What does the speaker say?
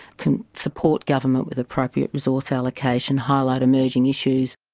can support government with appropriate resource allocation, highlight emerging issues.